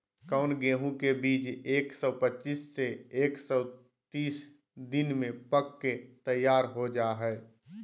कौन गेंहू के बीज एक सौ पच्चीस से एक सौ तीस दिन में पक के तैयार हो जा हाय?